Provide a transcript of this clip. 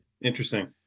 Interesting